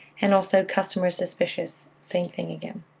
and also, customer is suspicious, same thing again.